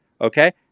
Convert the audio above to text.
Okay